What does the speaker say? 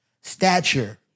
stature